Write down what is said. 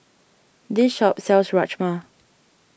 this shop sells Rajma